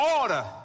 order